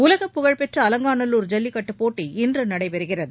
உலகப்புகழ் பெற்ற அலங்காநல்லூர் ஐல்லிக்கட்டுப்போட்டி இன்று நடைபெறுகிறது